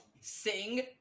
sing